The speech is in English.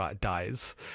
dies